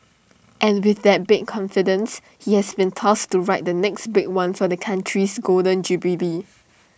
and with that confidence he has been tasked to write the next big one for the Country's Golden Jubilee